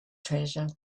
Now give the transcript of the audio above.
treasure